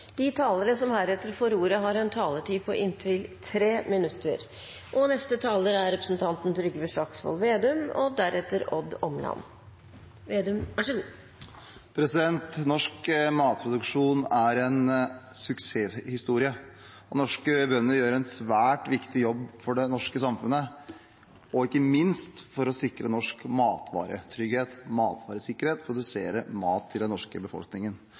De talere som heretter får ordet, har en taletid på inntil 3 minutter. Norsk matproduksjon er en suksesshistorie. Norske bønder gjør en svært viktig jobb for det norske samfunnet, ikke minst for å sikre norsk matvaretrygghet og matvaresikkerhet ved å produsere mat til den norske befolkningen,